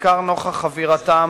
בעיקר לנוכח חבירתם